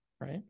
right